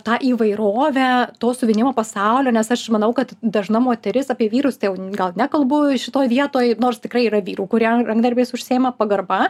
tą įvairovę to siuvinėjimo pasaulio nes aš manau kad dažna moteris apie vyrus tai jau gal nekalbu šitoj vietoj nors tikrai yra vyrų kurie rankdarbiais užsiima pagarba